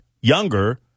younger